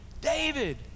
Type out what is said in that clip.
David